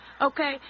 okay